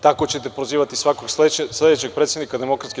Tako ćete prozivati i svakog sledećeg predsednika DS.